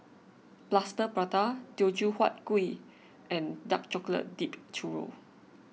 Plaster Prata Teochew Huat Kuih and Dark Chocolate Dipped Churro